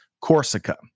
Corsica